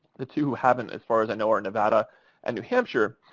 the two who haven't, as far as i know, are nevada and new hampshire.